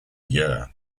year